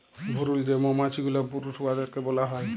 ভুরুল যে মমাছি গুলা পুরুষ উয়াদেরকে ব্যলা হ্যয়